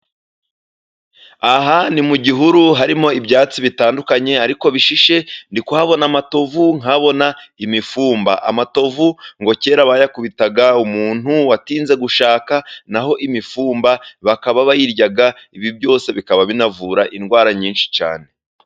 Aha ni mu gihuru harimo ibyatsi bitandukanye ariko bishishe, ndi kuhabona amatovu, nkabona imifumba, amatovu ngo kera bayakubitaga umuntu watinze gushaka, naho imifumba bakaba bayirya ibi byose bikaba binavura indwara nyinshi cyane.